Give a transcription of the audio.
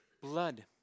blood